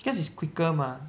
because it's quicker mah